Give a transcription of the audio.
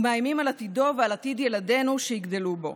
ומאיימים על עתידו ועל עתיד ילדינו שיגדלו בו.